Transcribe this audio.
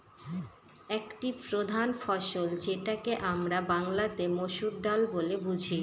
একটি প্রধান ফসল যেটাকে আমরা বাংলাতে মসুর ডাল বলে বুঝি